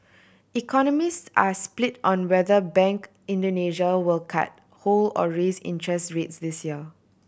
economists are split on whether Bank Indonesia will cut hold or raise interest rates this year